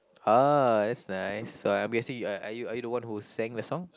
ah that's nice so I'm guessing are you are you the one who sang the song